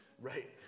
Right